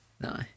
no